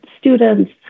students